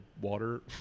water